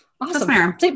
Awesome